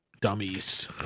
dummies